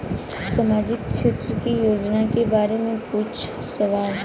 सामाजिक क्षेत्र की योजनाए के बारे में पूछ सवाल?